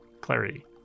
clarity